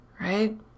right